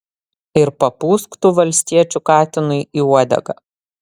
ir papūsk tu valstiečių katinui į uodegą